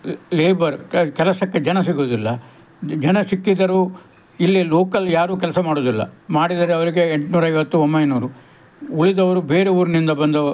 labour ಕೆಲಸಕ್ಕೆ ಜನ ಸಿಗೋದಿಲ್ಲ ಜನ ಸಿಕ್ಕಿದರೂ ಇಲ್ಲಿ ಲೋಕಲ್ ಯಾರು ಕೆಲಸ ಮಾಡೋದಿಲ್ಲ ಮಾಡಿದರೆ ಅವರಿಗೆ ಎಂಟುನೂರೈವತ್ತು ಒಂಬೈನೂರು ಉಳಿದವರು ಬೇರೆ ಊರಿನಿಂದ ಬಂದವ